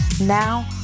Now